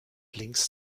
links